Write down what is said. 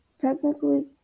technically